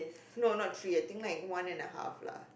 no not three I think like one and a half lah